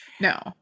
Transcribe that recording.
No